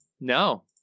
No